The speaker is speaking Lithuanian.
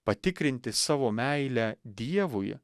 patikrinti savo meilę dievui